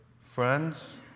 friends